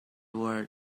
world